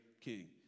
king